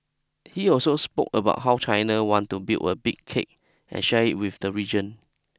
he also spoke about how China wanted to build a 'big cake' and share it with the region